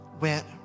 went